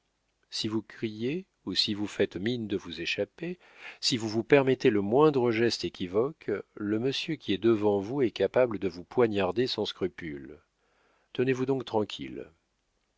si vous criez ou si vous faites mine de vous échapper si vous vous permettez le moindre geste équivoque le monsieur qui est devant vous est capable de vous poignarder sans scrupule tenez-vous donc tranquille